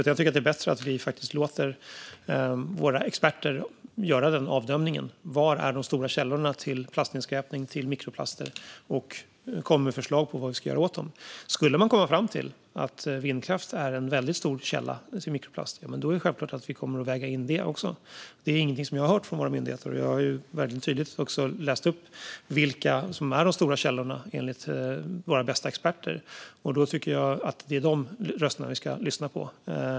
Jag tycker att det är bättre att vi låter våra experter göra bedömningen av vilka de stora källorna till plastnedskräpning och mikroplaster är och kommer med förslag på vad vi ska göra åt dem. Om man skulle komma fram till att vindkraft är en väldigt stor källa till mikroplaster kommer vi självfallet att väga in det också, men det är inget som jag har hört från våra myndigheter. Jag har tydligt läst upp vilka de stora källorna är, enligt våra bästa experter, och jag tycker att det är dessa röster vi ska lyssna på.